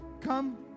come